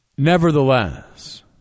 Nevertheless